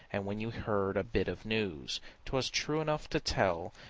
and when you heard a bit of news twas true enough to tell.